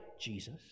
Jesus